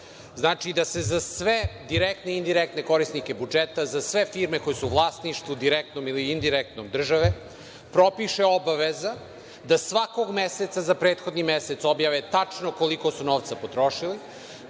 da se za sve direktne i indirektne korisnike budžeta za sve firme koje su u vlasništvu direktnom ili indirektnom države propiše obaveza da svakog meseca za prethodni mesec objave tačno koliko su novca potrošili,